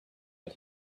but